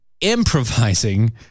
improvising